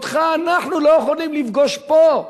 אותך אנחנו לא יכולים לפגוש פה,